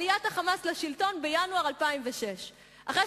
עליית ה"חמאס" לשלטון בינואר 2006. אחרי